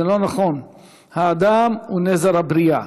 בשם ועדת החוקה,